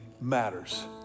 matters